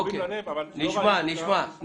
לא ראיתי אותם.